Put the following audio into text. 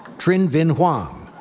trinh vinh hoang.